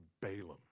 Balaam